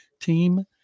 team